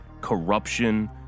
corruption